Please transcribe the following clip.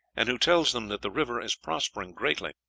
and who tells them that the river is prospering greatly,